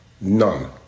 none